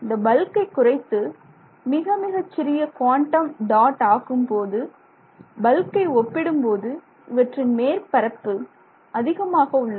இந்த பல்க்கை குறைத்து மிக மிகச் சிறிய குவாண்டம் டாட் ஆக்கும்போது பல்க்கை ஒப்பிடும்போது இவற்றின் மேற்பரப்பு அதிகமாக உள்ளது